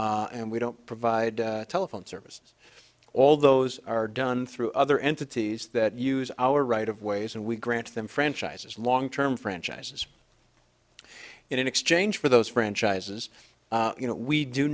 and we don't provide telephone services all those are done through other entities that use our right of ways and we grant them franchises long term franchises and in exchange for those franchises you know we do